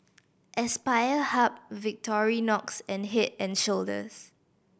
Aspire Hub Victorinox and Head and Shoulders